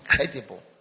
incredible